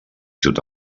sud